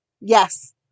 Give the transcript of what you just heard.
Yes